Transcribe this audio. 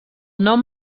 nom